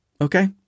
Okay